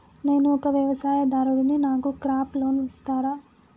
నేను ఒక వ్యవసాయదారుడిని నాకు క్రాప్ లోన్ ఇస్తారా?